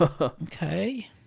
Okay